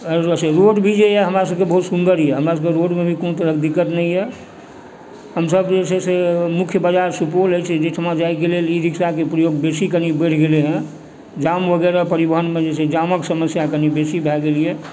अछि रोड भी जे यऽ से बहुत सुन्दर यऽ हमरा सभकेँ रोडमे कोनो तरहक दिक्कत नहि यऽ हमसभ जे छै से मुख्य बजार सुपौल अछि जाहिठाम जाइके लेल ई रिक्शाके प्रयोग कनी बेसी बढ़ि गेलैहँ जाम वगैरह परिवहनमे जामके समस्या कनी बेसी भऽ गेल यऽ